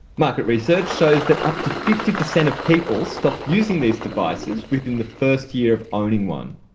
market research shows that up to fifty percent of people stop using these devices within the first year of owning one.